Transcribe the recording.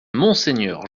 monseigneur